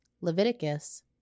Leviticus